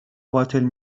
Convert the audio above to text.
باطل